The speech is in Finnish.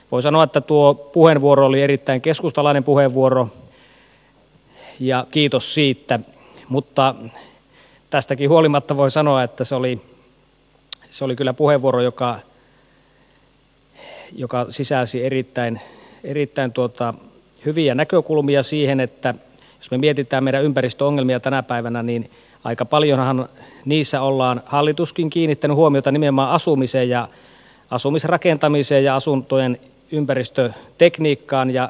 voi sanoa että tuo puheenvuoro oli erittäin keskustalainen puheenvuoro ja kiitos siitä mutta tästäkin huolimatta voi sanoa että se oli kyllä puheenvuoro joka sisälsi erittäin hyviä näkökulmia siihen että jos me mietimme meidän ympäristöongelmiamme tänä päivänä niin aika paljonhan niissä on hallituskin kiinnittänyt huomiota nimenomaan asumiseen ja asumisrakentamiseen ja asuntojen ympäristötekniikkaan ja energiatehokkuuteen